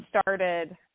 started